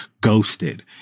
ghosted